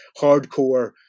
hardcore